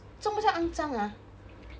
做么将肮脏 !huh!